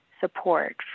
support